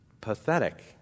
pathetic